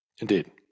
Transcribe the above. Indeed